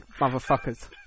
motherfuckers